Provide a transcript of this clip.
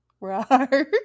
Right